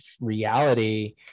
reality